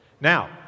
Now